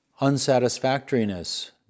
unsatisfactoriness